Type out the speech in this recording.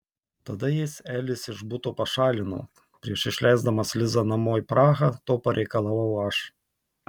tada jis elis iš buto pašalino prieš išleisdamas lizą namo į prahą to pareikalavau aš